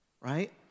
Right